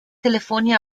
telefoni